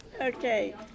Okay